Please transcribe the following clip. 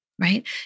right